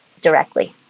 directly